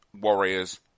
warriors